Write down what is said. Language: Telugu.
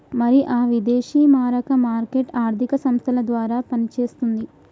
మరి ఆ విదేశీ మారక మార్కెట్ ఆర్థిక సంస్థల ద్వారా పనిచేస్తుంది